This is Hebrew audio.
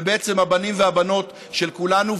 ובעצם הבנים והבנות של כולנו,